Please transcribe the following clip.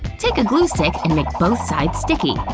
take a glue stick and make both sides sticky.